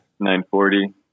940